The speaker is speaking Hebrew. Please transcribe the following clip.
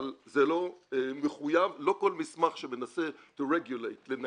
אבל זה לא מחויב, לא כל מסמך שמנסה לנהל